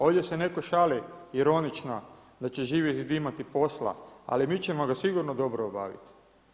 Ovdje se netko šali, ironično, da će Živi zid imati posla, ali mi ćemo ga sigurno dobro obaviti.